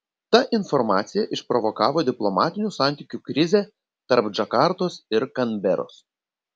ta informacija išprovokavo diplomatinių santykių krizę tarp džakartos ir kanberos